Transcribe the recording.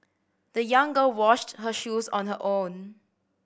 the young girl washed her shoes on her own